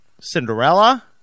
Cinderella